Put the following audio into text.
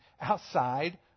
outside